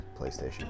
PlayStation